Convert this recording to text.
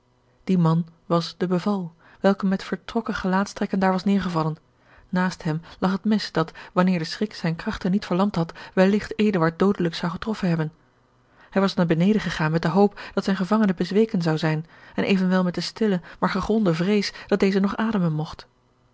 die man was de beval welke met vertrokken gelaatstrekken daar was neêrgevallen naast hem lag het mes dat wanneer george een ongeluksvogel de schrik zijne krachten niet verlamd had welligt eduard doodelijk zou getroffen hebben hij was naar beneden gegaan met de hoop dat zijn gevangene bezweken zou zijn en evenwel met de stille maar gegronde vrees dat deze nog ademen mogt